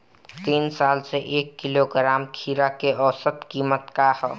तीन साल से एक किलोग्राम खीरा के औसत किमत का ह?